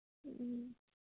ꯎꯝ